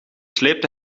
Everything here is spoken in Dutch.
sleepte